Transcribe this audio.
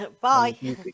Bye